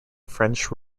french